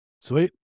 sweet